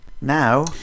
now